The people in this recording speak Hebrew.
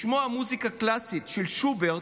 לשמוע מוזיקה קלאסית של שוברט,